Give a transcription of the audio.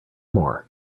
more